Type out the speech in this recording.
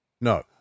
No